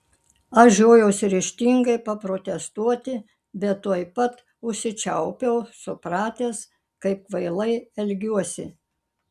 aš žiojausi ryžtingai paprotestuoti bet tuoj pat užsičiaupiau supratęs kaip kvailai elgiuosi